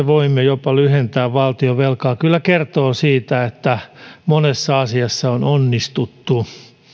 voimme jopa lyhentää valtionvelkaa kyllä kertoo siitä että monessa asiassa on onnistuttu